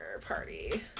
party